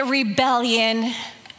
rebellion